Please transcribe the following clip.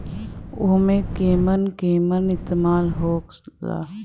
उव केमन केमन इस्तेमाल हो ला?